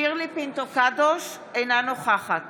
שירלי פינטו קדוש, אינה נוכחת